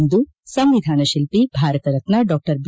ಇಂದು ಸಂವಿಧಾನಶಿಲ್ಪಿ ಭಾರತ ರತ್ನ ಡಾ ಬಿ